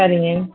சரிங்க